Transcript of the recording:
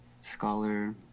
scholar